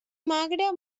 magre